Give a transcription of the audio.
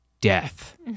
death